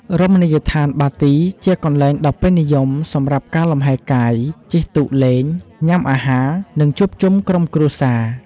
រមណីយដ្ឋានបាទីជាកន្លែងដ៏ពេញនិយមសម្រាប់ ការលំហែកាយ ជិះទូកលេង ញ៉ាំអាហារ និងជួបជុំក្រុមគ្រួសារ។